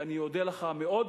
ואני אודה לך מאוד.